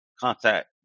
contact